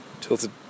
Tilted